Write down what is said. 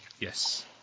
Yes